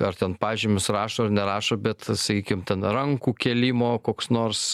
ar ten pažymius rašo ar nerašo bet sakykim ten rankų kėlimo koks nors